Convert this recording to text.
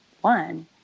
one